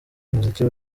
umuziki